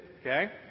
okay